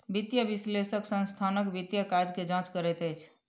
वित्तीय विश्लेषक संस्थानक वित्तीय काज के जांच करैत अछि